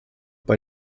bei